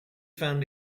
found